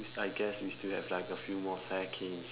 we I guess we still have like a few more seconds